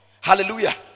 hallelujah